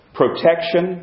protection